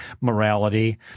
morality